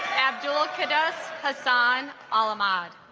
abdul qader hassan all ahmad